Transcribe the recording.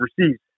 overseas